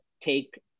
take